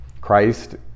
Christ